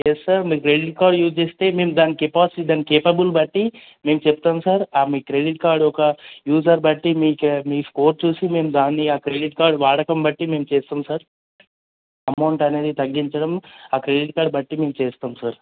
yes sir మీరు credit card use చేస్తే మేము దాని కెపాసిటీ దాని కేపబుల్ బట్టి మేము చెప్తాం సార్ మీ క్రెడిట్ కార్డు యొక్క యూజర్ బట్టి మీ క మీ స్కోర్ చూసి మేము దాన్ని ఆ క్రెడిట్ కార్డ్ వాడకం బట్టి మేము చేస్తాం సార్ అమౌంట్ అనేది తగ్గించడం ఆ క్రెడిట్ కార్డు బట్టి మేం చేస్తాం సార్